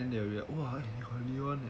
and then they'll be like !wah! you got leon